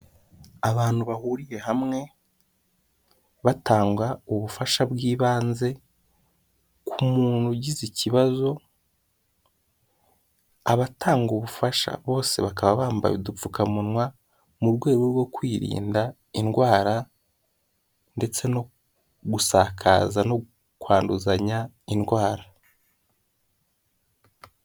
Abantu bahuriye hamwe, batanga ubufasha bw'ibanze ku muntu ugize ikibazo, abatanga ubufasha bose bakaba bambaye udupfukamunwa, mu rwego rwo kwirinda indwara ndetse no gusakaza no kwanduzanya indwara.